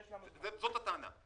זאת הטענה,